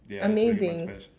Amazing